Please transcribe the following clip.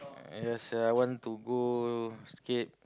ya Sia I want to go skate